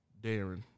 Darren